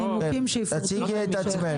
תציגי את עצמך.